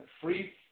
free